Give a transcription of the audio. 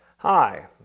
Hi